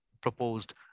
proposed